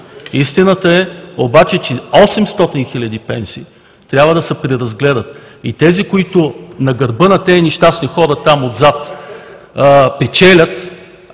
Истината обаче е, че 800 хиляди пенсии трябва да се преразгледат. И тези, които на гърба на тези нещастни хора там, отзад, печелят,